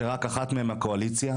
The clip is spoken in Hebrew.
שרק אחת מהן הקואליציה,